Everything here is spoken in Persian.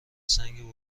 سنگ